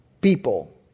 people